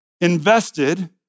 invested